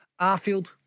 Arfield